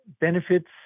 benefits